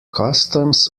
customs